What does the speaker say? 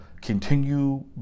continue